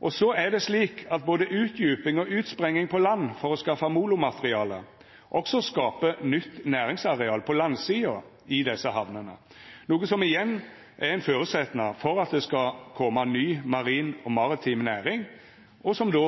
Og så er det slik at både utdjuping og utsprenging på land for å skaffa molomateriale også skaper nytt næringsareal på landsida i desse hamnene, noko som igjen er ein føresetnad for at det skal koma ny marin og maritim næring, som då